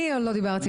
עוד לא דיבר?